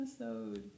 episode